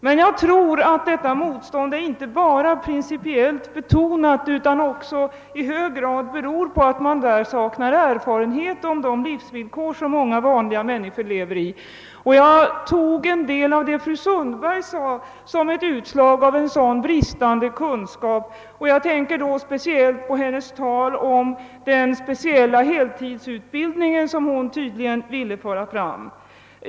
Men jag tror att detta motstånd inte bara är principiellt betonat utan också i hög grad beror på att man på borgerligt håll saknar erfarenhet av de livsvillkor under vilka många vanliga människor lever. Jag tog en del av det som fru Sundberg sade som ett utslag av just bristande kunskaper; jag tänker då särskilt på hennes tal om den speciella heltidsutbildning som hon tydligen ville föra fram.